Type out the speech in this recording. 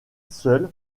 seul